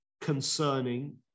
concerning